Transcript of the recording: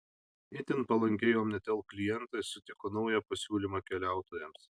itin palankiai omnitel klientai sutiko naują pasiūlymą keliautojams